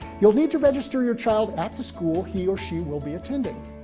you'll need to register your child at the school he or she will be attending.